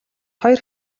хоёр